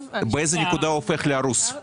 באיזו נקודה הוא הופך להרוס?